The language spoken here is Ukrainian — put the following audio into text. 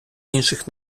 інших